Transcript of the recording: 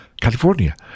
California